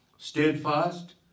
Steadfast